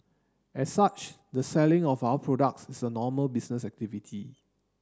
as such the selling of our products is a normal business activity